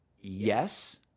yes